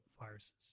viruses